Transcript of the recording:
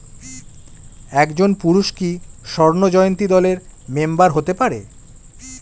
একজন পুরুষ কি স্বর্ণ জয়ন্তী দলের মেম্বার হতে পারে?